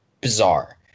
bizarre